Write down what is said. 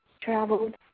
traveled